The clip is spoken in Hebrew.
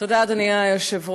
תודה, אדוני היושב-ראש.